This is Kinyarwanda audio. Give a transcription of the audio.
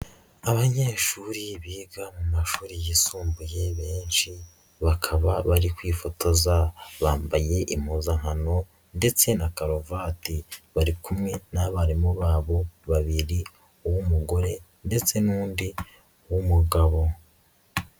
Abanyeshuri biga mu mashuri yisumbuye benshi bakaba bari kwifotoza, bambaye impuzankano ndetse na karuvati, bari kumwe n'abarimu babo babiri uw'umugore ndetse n'undi w'umugabo.